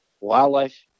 wildlife